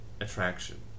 attraction